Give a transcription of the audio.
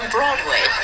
Broadway